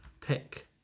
pick